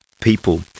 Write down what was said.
people